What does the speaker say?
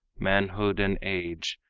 manhood and age,